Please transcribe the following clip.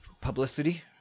publicity